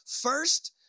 first